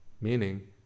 Meaning